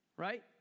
Right